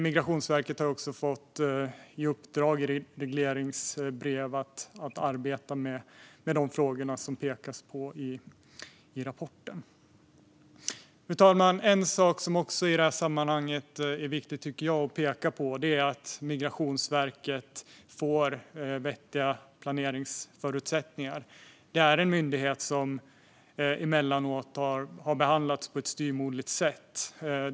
Migrationsverket har också fått i uppdrag i regleringsbrev att arbeta med de frågor som det pekas på i rapporten. Fru talman! En annan sak som jag tycker är viktig i det här sammanhanget är att Migrationsverket får vettiga planeringsförutsättningar. Det är en myndighet som emellanåt har behandlats på ett styvmoderligt sätt.